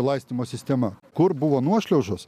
laistymo sistema kur buvo nuošliaužos